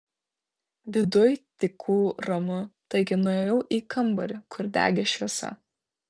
viduj tyku ramu taigi nuėjau į kambarį kur degė šviesa